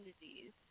disease